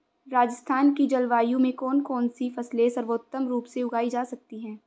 राजस्थान की जलवायु में कौन कौनसी फसलें सर्वोत्तम रूप से उगाई जा सकती हैं?